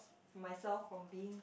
myself from being